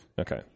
Okay